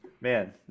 Man